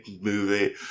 movie